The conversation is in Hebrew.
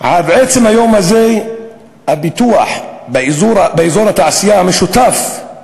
עד עצם היום הזה הפיתוח באזור התעשייה המשותף,